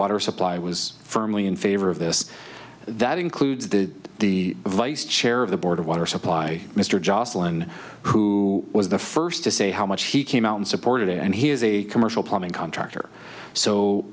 water supply was firmly in favor of this that includes that the vice chair of the board of water supply mr joslin who was the first to say how much he came out and supported it and he has a commercial plumbing contractor so